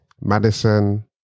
Madison